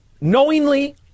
knowingly